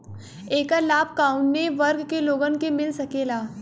ऐकर लाभ काउने वर्ग के लोगन के मिल सकेला?